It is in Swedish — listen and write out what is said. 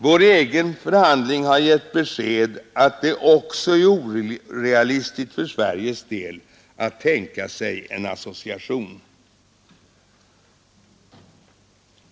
Vår egen förhandling har gett besked om att det ocks; är orealistiskt för Sveriges del att tänka sig en association.